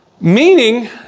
Meaning